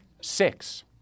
Six